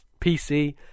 pc